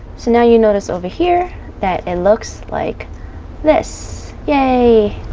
so now you notice over here that and looks like this. yay!